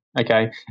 Okay